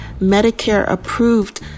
Medicare-approved